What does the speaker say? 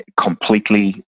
completely